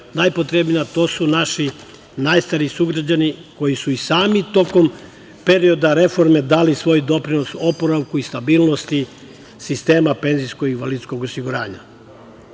najpotrebnija, a to su naši najstariji sugrađani, koji su i sami tokom perioda reformi, dali svoj doprinos oporavku i stabilnosti sistema penzijskog i invalidskog osiguranja. Zato